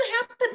happen